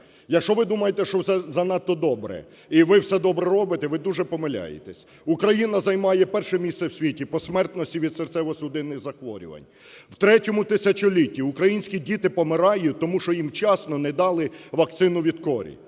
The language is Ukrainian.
Якщо ви думаєте, що все занадто добре і ви все добре робите, ви дуже помиляєтесь. Україна займає перше місце в світі по смертності від серцево-судинних захворювань. В ІІІ тисячолітті українські діти помирають, тому що їм вчасно не дали вакцину від кору.